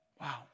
Wow